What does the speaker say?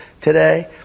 today